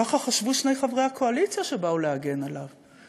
ככה חשבו שני חברי הקואליציה שבאו להגן עליו.